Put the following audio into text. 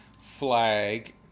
flag